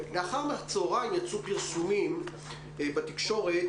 החל מהצהריים יצאו פרסומים בתקשורת